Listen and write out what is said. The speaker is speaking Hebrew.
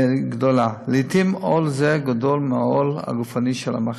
לעתים עול זה גדול מהעול הגופני של המחלה.